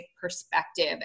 perspective